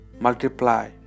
multiply